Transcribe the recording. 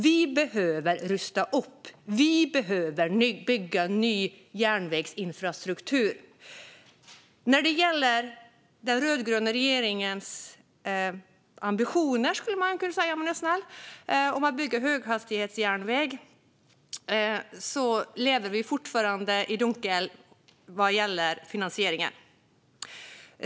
Vi behöver rusta upp, och vi behöver bygga ny järnvägsinfrastruktur. När det gäller den rödgröna regeringens ambitioner, skulle man kunna säga om man är snäll, att bygga höghastighetsjärnväg lever vi fortfarande i dunkel vad gäller finansieringen.